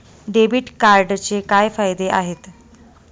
Debit कार्डचे काय फायदे आहेत?